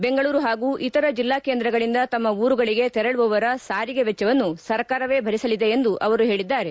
ಬೆಂಗಳೂರು ಹಾಗೂ ಇತರ ಜಿಲ್ಲಾ ಕೇಂದ್ರಗಳಿಂದ ತಮ್ಮ ಊರುಗಳಿಗೆ ತೆರಳುವವರ ಸಾರಿಗೆ ವೆಚ್ಚವನ್ನು ಸರ್ಕಾರವೆ ಭರಿಸಲಿದೆ ಎಂದಿದ್ದಾರೆ